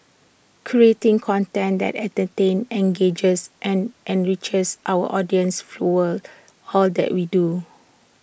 creating content that entertains engages and enriches our audiences fuels all that we do